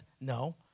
no